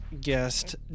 guest